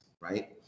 right